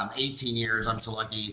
um eighteen years i'm so lucky